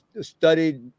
studied